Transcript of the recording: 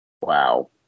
Wow